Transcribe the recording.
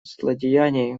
злодеяний